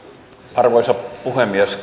arvoisa puhemies